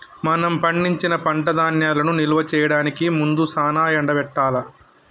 మనం పండించిన పంట ధాన్యాలను నిల్వ చేయడానికి ముందు సానా ఎండబెట్టాల్ల